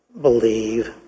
believe